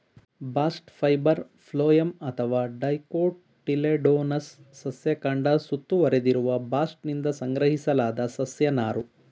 bast fibre phloem ಅಥವಾ dicotyledonous ಸಸ್ಯ ಕಾಂಡ ಸುತ್ತುವರೆದಿರುವ ಬಾಸ್ಟ್ನಿಂದ ಸಂಗ್ರಹಿಸಲಾದ ಸಸ್ಯ ನಾರು